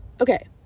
Okay